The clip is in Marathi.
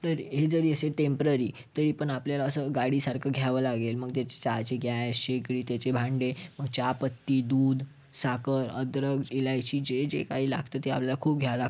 तर हे जरी असे टेम्पररी तरी पण आपल्याला असं गाडी सारखं घ्यावं लागेल मग त्याची चहाची गॅस शेगडी त्याचे भांडे मग चहापत्ती दूध साखर अद्रक इलायची जे जे काही लागतं ते आपल्याला खूप घ्यावं लागतं